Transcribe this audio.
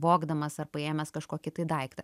vogdamas ar paėmęs kažkokį daiktą